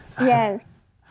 Yes